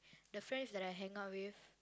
the friends that I hang out with